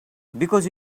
because